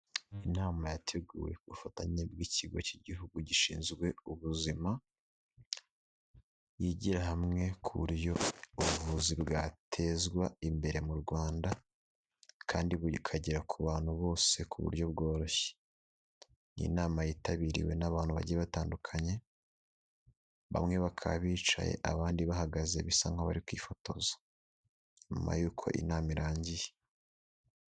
Inama yateguwe k'ubufatanye bw'ikigo cy'Igihugu gishinzwe ubuzima yigira hamwe ku buryo ubuvuzi bwatezwa imbere mu Rwanda, kandi bukagera ku bantu bose ku buryo bworoshye. Ni inama yitabiriwe n'abantu bagiye batandukanye. Bamwe bakaba bicaye abandi bahagaze bisa nk'aho barikwifotoza nyuma y'uko inama irangiye.